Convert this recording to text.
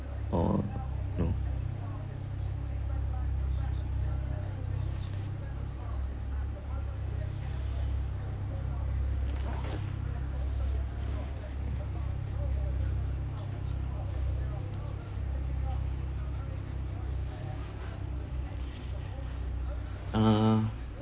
or no uh